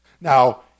Now